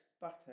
butter